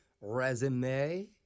resume